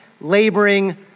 laboring